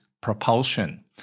propulsion